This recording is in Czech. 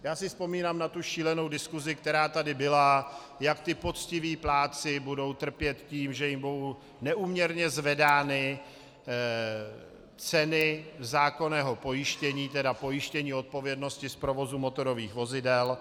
Já si vzpomínám na tu šílenou diskusi, která tady byla, jak ti poctiví plátci budou trpět tím, že jim budou neúměrně zvedány ceny zákonného pojištění, tedy pojištění odpovědnosti z provozu motorových vozidel.